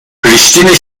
priştine